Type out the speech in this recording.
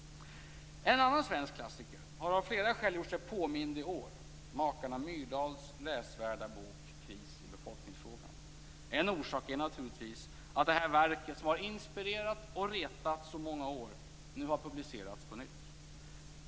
En annan svensk klassiker har av flera skäl gjort sig påmind i år. Det är makarna Myrdals läsvärda bok Kris i befolkningsfrågan. En orsak är naturligtvis att det här verket, som har inspirerat och retat i så många år, nu har publicerats på nytt.